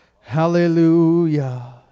hallelujah